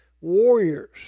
warriors